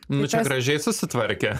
nu čia gražiai susitvarkė